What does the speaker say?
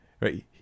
right